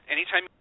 Anytime